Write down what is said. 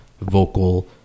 vocal